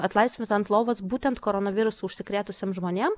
atlaisvinant lovas būtent koronavirusu užsikrėtusiem žmonėm